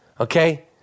okay